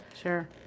sure